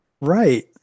Right